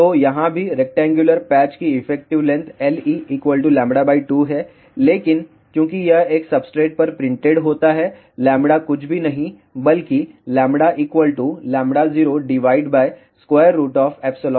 तो यहाँ भी रेक्टेंगुलर पैच की इफेक्टिव लेंथ Le λ2 है लेकिन चूंकि यह एक सब्सट्रेट पर प्रिंटेड होता है λ कुछ भी नहीं है बल्कि λ λ0 e